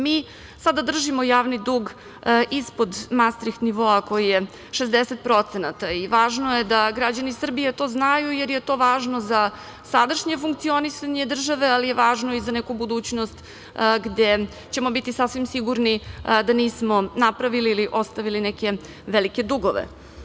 Mi sada držimo javni dug ispod mastriht nivoa koji je 60% i važno je da građani Srbije to znaju, jer je to važno za sadašnje funkcionisanje države, ali je važno i za neku budućnost gde ćemo biti sasvim sigurni da nismo napravili ili ostavili neke velike dugove.